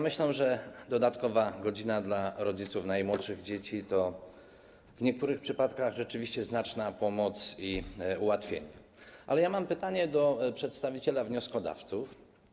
Myślę, że dodatkowa godzina dla rodziców najmłodszych dzieci to w niektórych przypadkach rzeczywiście znaczna pomoc i ułatwienie, ale mam pytanie do przedstawiciela wnioskodawców.